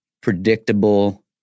predictable